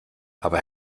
aber